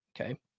Okay